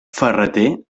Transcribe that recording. ferrater